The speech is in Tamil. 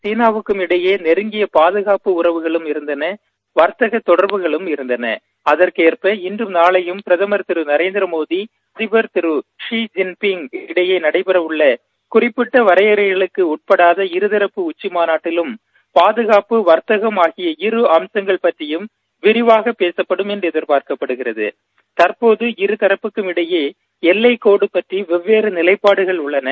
சீனாவுக்கும் இடையே நெருங்கிய பாதகாப்பு உறவுகளும் இருக்கள் வர்தகக தொடர்புகளும் இருக்கள் அதற்கேற்ப இன்று நாளையும் பிரதமர் நபேநகிர கோதி மற்றும் கீள அதிபர் ஜீ ஜிங் பிங் இடையே நடைபெறவுள்ள குறிப்பிட்ட வரையறைக்கு உட்படாத உச்சி மாநாட்டிலும் பாதுகாப்பு வர்த்தகம் ஆகிய இரு அம்சங்களும் பற்றியும் விரிவாக பேசுப்படும் என எதிர்பார்க்கப்படுகிறது தற்போது இரு தாப்பிற்கும் இடையே எல்லைக்கோடுகள் பற்றி இருவேறு நிலைபாடுகள் உள்ளன